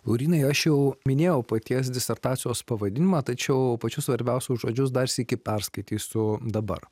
laurynai aš jau minėjau paties disertacijos pavadinimą tačiau pačius svarbiausius žodžius dar sykį perskaitysiu dabar